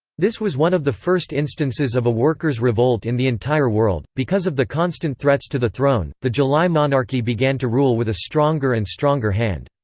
this was one of the first instances of a workers revolt in the entire world because of the constant threats to the throne, the july monarchy began to rule with a stronger and stronger hand.